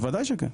בוודאי שכן,